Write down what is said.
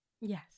Yes